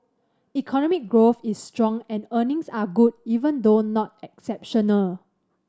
economic growth is strong and earnings are good even though not exceptional